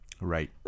Right